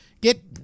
Get